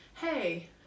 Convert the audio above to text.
hey